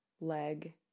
leg